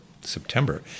September